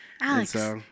Alex